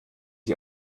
sie